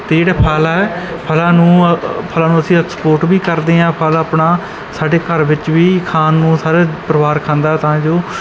ਅਤੇ ਜਿਹੜਾ ਫਲ ਹੈ ਫਲਾਂ ਨੂੰ ਫਲਾਂ ਨੂੰ ਅਸੀਂ ਐਕਸਪੋਰਟ ਵੀ ਕਰਦੇ ਹਾਂ ਫਲ ਆਪਣਾ ਸਾਡੇ ਘਰ ਵਿੱਚ ਵੀ ਖਾਣ ਨੂੰ ਸਾਰੇ ਪਰਿਵਾਰ ਖਾਂਦਾ ਤਾਂ ਜੋ